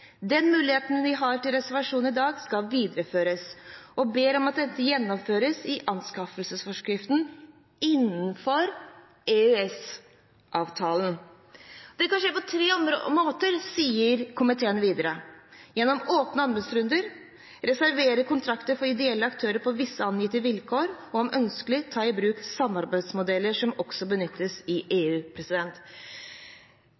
den muligheten vi har til reservasjon i dag, videreføres – og ber om at dette gjennomføres i anskaffelsesforskriften innenfor EØS-avtalen. Det kan skje på tre måter, sier komiteen videre: gjennom åpne anbudsrunder, ved å reservere kontrakter for ideelle aktør på visse angitte vilkår og om ønskelig ta i bruk samarbeidsmodeller som også benyttes i